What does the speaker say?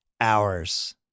hours